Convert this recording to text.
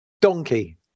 Donkey